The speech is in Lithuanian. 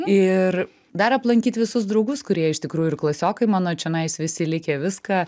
ir dar aplankyt visus draugus kurie iš tikrųjų ir klasiokai mano čionais visi likę viską